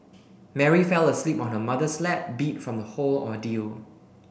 Mary fell asleep on her mother's lap beat from the whole ordeal